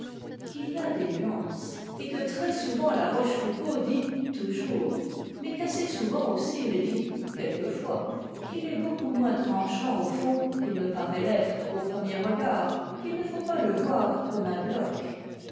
qu'il y a des nuances et que très souvent la rochefoucauld dit toujours mais qu'assez souvent aussi il dit quelquefois qu'il est beaucoup moins tranchant au fond qu'il ne parait l'être au premier regard qu'il ne faut pas le voir comme un bloc